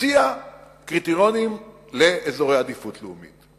הציעה קריטריונים לאזורי עדיפות לאומית,